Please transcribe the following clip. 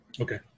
Okay